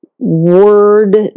Word